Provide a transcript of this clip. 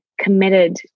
committed